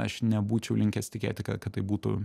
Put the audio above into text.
aš nebūčiau linkęs tikėti kad tai būtų